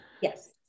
yes